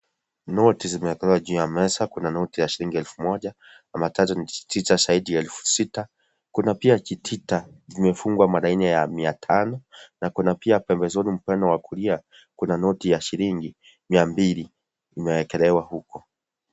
Noti zimeekelewa juu ya meza, kuna noti ya shilingi elfu moja zaidi ya elfu sita, kuna pia kitita kimefungwa mara nne ya mia tano na kuna pia pembezoni upande wa kulia kuna noti ya shilingi mia mbili imeekelewa huko.